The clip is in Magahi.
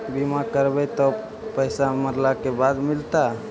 बिमा करैबैय त पैसा मरला के बाद मिलता?